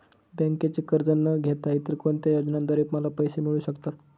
बँकेचे कर्ज न घेता इतर कोणत्या योजनांद्वारे मला पैसे मिळू शकतात?